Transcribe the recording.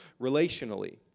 relationally